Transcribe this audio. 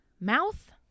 mouth